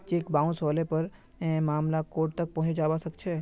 cheque bounce हले पर मामला कोर्ट तक पहुंचे जबा सकछे